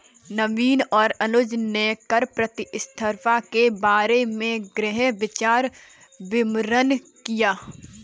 नवीन तथा अनुज ने कर प्रतिस्पर्धा के बारे में गहन विचार विमर्श किया